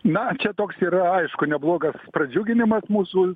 na čia toks yra aišku neblogas pradžiuginimas mūsų